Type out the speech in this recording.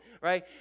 right